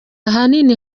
ahanini